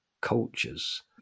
cultures